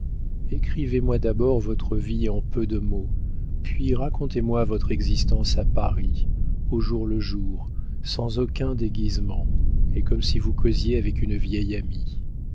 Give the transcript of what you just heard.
écrivez-moi d'abord votre vie en peu de mots puis racontez-moi votre existence à paris au jour le jour sans aucun déguisement et comme si vous causiez avec une vieille amie